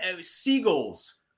seagulls